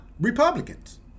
Republicans